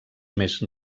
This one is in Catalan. més